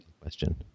question